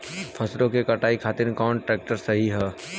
फसलों के कटाई खातिर कौन ट्रैक्टर सही ह?